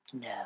No